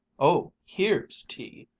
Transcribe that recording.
oh, here's tea!